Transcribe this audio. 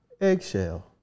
Eggshell